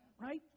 Right